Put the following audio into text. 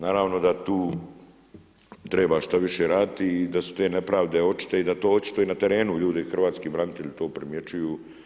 Naravno da tu treba što više raditi i da su te nepravde očito i da to očito i na terenu ljudi, hrvatski branitelji to primjećuju.